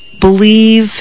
believe